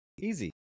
Easy